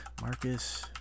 marcus